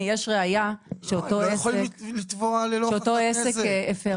הם לא יכולים לתבוע ללא הוכחת נזק.